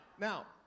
Now